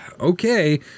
okay